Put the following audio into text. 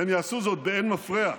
והם יעשו זאת באין מפריע,